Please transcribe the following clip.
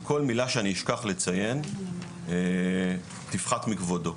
וכל מילה שאני אשכח לציין, תפחת מכבודו.